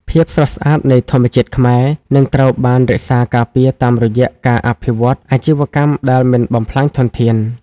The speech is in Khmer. ភាពស្រស់ស្អាតនៃធម្មជាតិខ្មែរ នឹងត្រូវបានរក្សាការពារតាមរយៈការអភិវឌ្ឍអាជីវកម្មដែលមិនបំផ្លាញធនធាន។